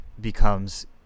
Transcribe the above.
becomes